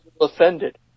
offended